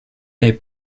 est